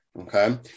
okay